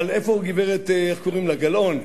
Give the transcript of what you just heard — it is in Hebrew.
אבל איפה גברת גלאון,